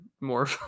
more